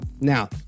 now